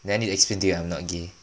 then I explained to you I'm not gay